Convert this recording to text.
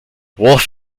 wolff